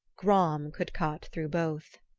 gram could cut through both.